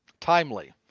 Timely